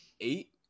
eight